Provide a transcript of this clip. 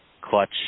clutch